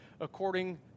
according